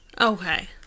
Okay